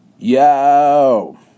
Yo